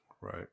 Right